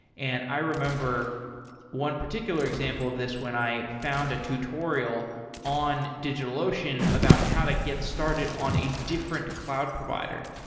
and i remember one particular example of this when i found a tutorial in digitalocean about how to get started on a different cloud provider.